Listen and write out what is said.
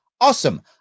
Awesome